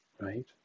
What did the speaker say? right